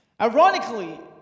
Ironically